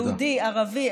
יהודי-ערבי,